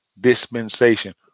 dispensation